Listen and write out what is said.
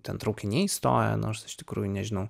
ten traukiniai stoja nors iš tikrųjų nežinau